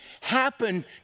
happen